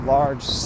large